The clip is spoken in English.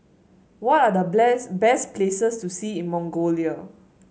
what are The Place best places to see in Mongolia